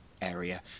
area